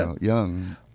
young